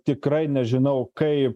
tikrai nežinau kaip